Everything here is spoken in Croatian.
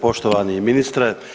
Poštovani ministre.